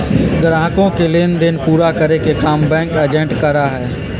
ग्राहकों के लेन देन पूरा करे के काम बैंक एजेंट करा हई